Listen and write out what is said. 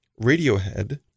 Radiohead